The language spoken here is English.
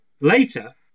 Later